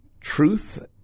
truth